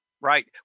Right